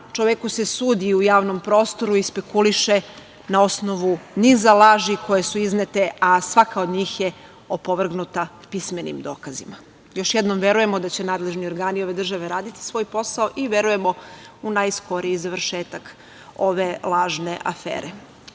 čoveku se sudi u javnom prostoru i spekuliše na osnovu niza laži koje su iznete, a svaka od njih je opovrgnuta pismenim dokazima. Još jednom, verujemo da će nadležni organi ove države raditi svoj posao i verujemo u najskoriji završetak ove lažne afere.U